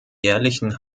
jährlichen